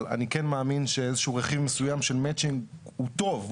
אני מאמין שאיזשהו רכיב מסוים של מצ'ינג הוא טוב,